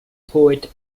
poet